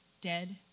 dead